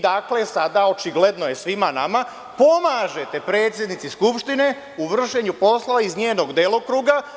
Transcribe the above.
Dakle, vi sada, očigledno je svima nama, pomažete predsednici Skupštine u vršenju poslova iz njenog delokruga.